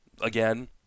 again